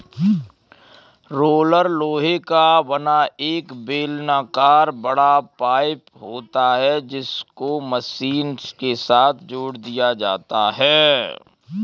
roller लोहे का बना एक बेलनाकर बड़ा पाइप होता है जिसको मशीन के साथ जोड़ दिया जाता है